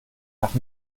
nach